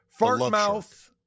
Fartmouth